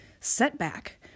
setback